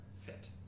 fit